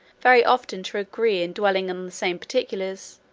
very often to agree in dwelling on the same particulars,